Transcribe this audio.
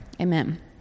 Amen